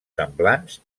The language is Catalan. semblants